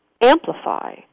amplify